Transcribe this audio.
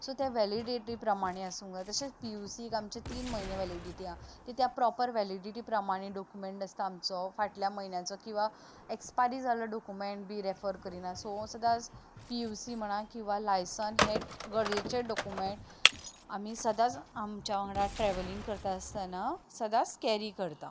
so तें validity प्रमाणें आसूं जाय तशेंच पी यु सी पीयुसीक आमच्या तीन म्हयने वेलिडटी आहा ती त्या प्रोपर वेलिडिटी प्रमाणें डॉक्युमेंट आसा आमचो फाटल्या म्हयन्याचो किंवां एक्पारी जाल्लो डोक्युमेंट बी रेफर करिना सो सदांच पी यु सी म्हणा किंवां लायसन हें गरजेचें डॉक्युमेंट आमी सदांच आमच्या वांगडा ट्रेव्हलींग करता आसतना सदांच कॅरी करता